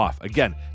Again